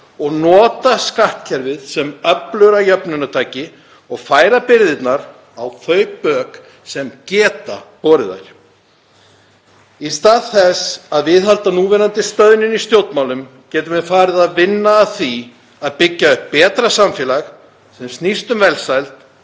að nota skattkerfið sem öflugra jöfnunartæki og færa byrðarnar á þau bök sem geta borið þær. Í stað þess að viðhalda núverandi stöðnun í stjórnmálum getum við farið að vinna að því að byggja upp betra samfélag sem snýst um velsæld